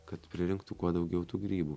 kad pririnktų kuo daugiau tų grybų